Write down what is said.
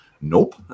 nope